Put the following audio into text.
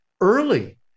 early